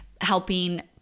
helping